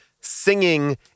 singing